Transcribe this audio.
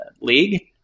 league